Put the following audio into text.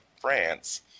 France